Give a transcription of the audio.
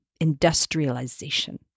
industrialization